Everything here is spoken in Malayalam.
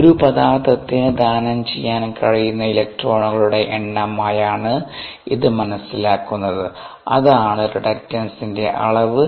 ഒരു പദാർത്ഥത്തിന് ദാനം ചെയ്യാൻ കഴിയുന്ന ഇലക്ട്രോണുകളുടെ എണ്ണമായാണ് ഇത് മനസ്സിലാക്കുന്നത് അതാണ് റിഡക്റ്റൻസിന്റെ അളവ്